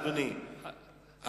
אדוני,